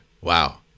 Wow